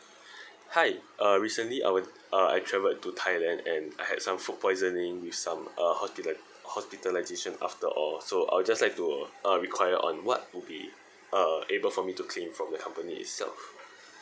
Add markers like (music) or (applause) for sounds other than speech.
(breath) hu uh recently I would uh I travelled to thailand and I had some food poisoning with some uh hospital hospitalisation after or so I would just like to uh require on what would be uh able for me to claim from the company itself